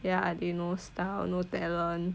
ya and thye no style no talent